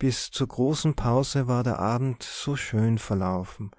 bis zur großen pause war der abend so schön verlaufen